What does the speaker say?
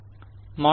மாணவர் x kr